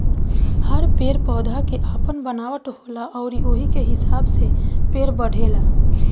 हर पेड़ पौधा के आपन बनावट होला अउरी ओही के हिसाब से पेड़ बढ़ेला